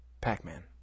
Pac-Man